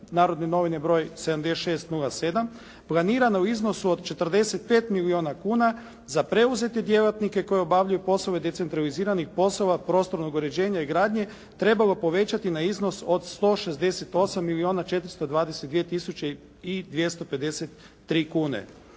"Narodne novine" broj 76/07. planirano u iznosu od 45 milijuna kuna za preuzete djelatnike koji obavljaju poslove decentraliziranih poslovnog uređenja i gradnje, trebalo povećati na iznos od 168 milijuna 420 tisuće 253 kune.